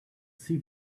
see